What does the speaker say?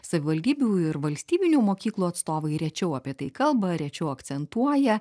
savivaldybių ir valstybinių mokyklų atstovai rečiau apie tai kalba rečiau akcentuoja